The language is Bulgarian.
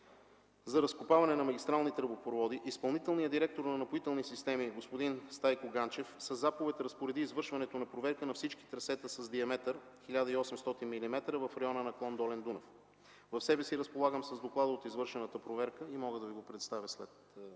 за разкопаване на магистрални тръбопроводи, изпълнителният директор на „Напоителни системи” – господин Стайко Ганчев, със заповед разпореди извършването на проверка на всички трасета с диаметър 1800 мм в района на клон Долен Дунав. Разполагам с доклада от извършената проверка и мога да Ви го представя след отговора.